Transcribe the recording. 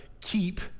keep